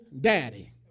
daddy